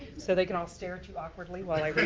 so they can all stare at you awkwardly while i but